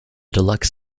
deluxe